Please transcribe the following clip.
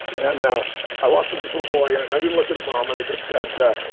and i walked into this little boy ah and i didn't look at his mom and i just said, but